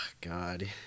God